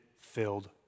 filled